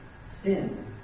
sin